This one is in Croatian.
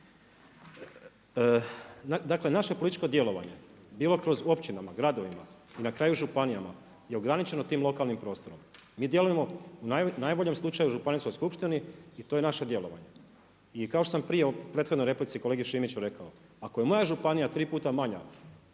Dakle, naše političko djelovanje, bilo kroz općinama, gradovima i na kraju županijama je ograničeno tim lokalnim prostorom. Mi djelujemo u najboljem slučaju županijskoj skupštini i to je naše djelovanje. I kao što sam prije u prethodnoj replici kolegi Šimiću rekao ako je moja županija tri puta manja